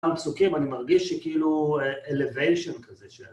על פסוקים אני מרגיש שכאילו elevation כזה של...